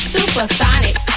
Supersonic